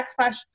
backslash